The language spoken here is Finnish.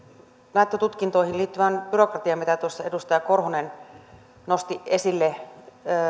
näyttötutkintoihin liittyvään byrokratiaan mitä tuossa edustaja korhonen nosti esille